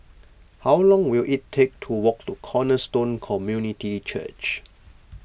how long will it take to walk to Cornerstone Community Church